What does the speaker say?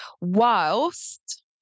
whilst